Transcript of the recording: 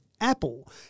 Apple